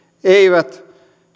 eivät